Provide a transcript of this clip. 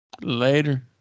Later